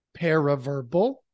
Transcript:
paraverbal